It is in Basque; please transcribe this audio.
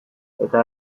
eta